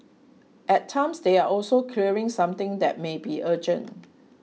at times they are also clearing something that may be urgent